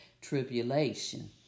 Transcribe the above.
tribulation